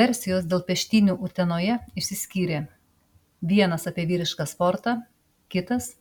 versijos dėl peštynių utenoje išsiskyrė vienas apie vyrišką sportą kitas